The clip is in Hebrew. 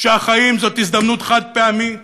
שהחיים הם הזדמנות חד-פעמית,